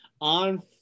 on